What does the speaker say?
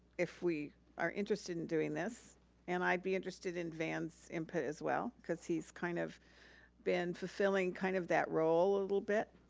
if we are interested in doing this and i'd be interested in van's input as well cause he's kind of been fulfilling kind of that role a little bit.